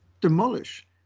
demolish